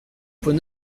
pont